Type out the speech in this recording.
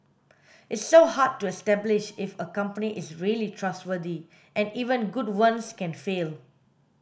it's so hard to establish if a company is really trustworthy and even good ones can fail